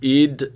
id